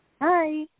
Hi